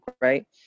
right